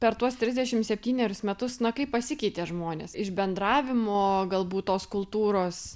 per tuos trisdešimt septynerius metus na kaip pasikeitė žmonės iš bendravimo galbūt tos kultūros